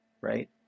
right